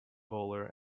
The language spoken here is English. bowler